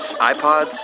iPods